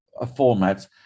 formats